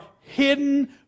hidden